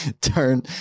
turn